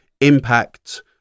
impact